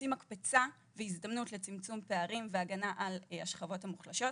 עושים מקפצה והזדמנות לצמצום פערים והגנה על השכבות המוחלשות.